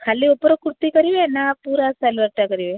ଖାଲି ଉପର କୁର୍ତ୍ତୀ କରିବେ ନା ପୂରା ସାଲୱାରଟା କରିବେ